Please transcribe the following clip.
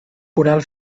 coral